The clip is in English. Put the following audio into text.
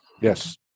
Yes